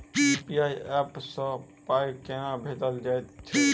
UPI app सँ पाई केना भेजल जाइत छैक?